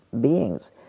beings